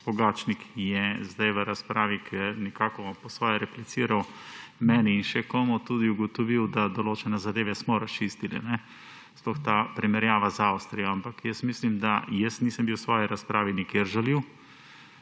Pogačnik je zdaj v razpravi, ko je nekako po svoje repliciral meni in še komu, tudi ugotovil, da določene zadeve smo razčistili, sploh ta primerjava z Avstrijo. Ampak mislim, da jaz nisem bil v svoji razpravi nikjer žaljiv,